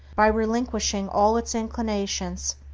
by relinquishing all its inclinations,